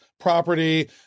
property